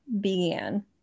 began